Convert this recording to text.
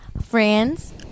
friends